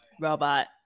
robot